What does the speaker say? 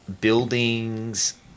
buildings